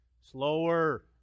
slower